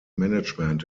management